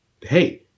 Hey